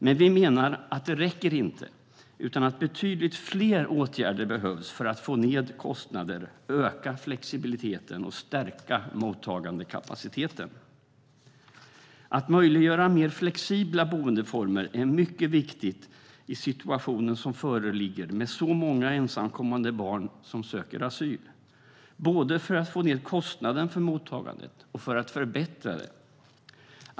Men vi menar att det inte räcker. Betydligt fler åtgärder behövs för att få ned kostnaderna, öka flexibiliteten och stärka mottagandekapaciteten. Att möjliggöra mer flexibla boendeformer är mycket viktigt i den situation som föreligger med så många ensamkommande barn som söker asyl, både för att få ned kostnaden för mottagandet och för att förbättra det.